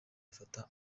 afata